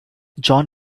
john